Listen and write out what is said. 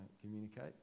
communicate